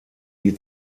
wie